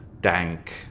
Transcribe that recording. dank